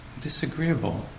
disagreeable